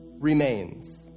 remains